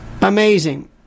Amazing